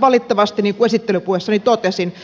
valitettavasti niin kuin esittelypuheenvuorossani totesin